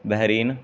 Bahrain